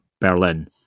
Berlin